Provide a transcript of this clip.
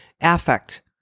affect